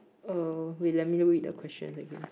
uh wait let me read the questions again